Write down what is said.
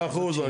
מאה אחוז.